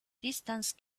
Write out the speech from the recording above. distance